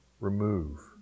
remove